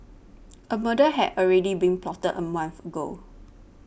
a murder had already been plotted a month ago